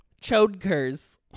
Chokers